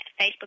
Facebook